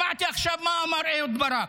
שמעתי עכשיו מה אמר אהוד ברק,